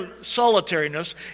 solitariness